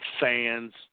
fans